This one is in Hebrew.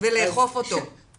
לאכוף אותו,